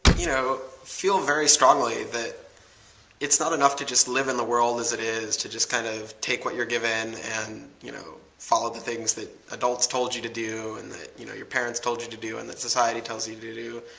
you know, i feel very strongly that it's not enough to just live in the world as it is, to just kind of take what you're given and you know follow the things that adults told you to do, and that you know your parents told you to do and that society tells you you to do.